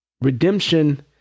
Redemption